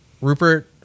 Rupert